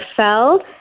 fell